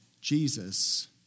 Jesus